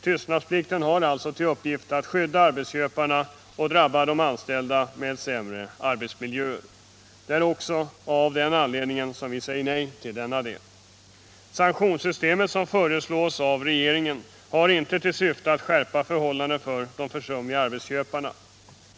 Tystnadsplikten har alltså till uppgift att skydda arbetsköparna och drabba de anställda genom sämre arbetsmiljöer. Det är också av den anledningen som vi säger nej till denna del. Sanktionssystemet som föreslås av regeringen har inte till syfte att skärpa förhållandena för de försumliga arbetsköparna.